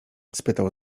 spytał